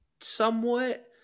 somewhat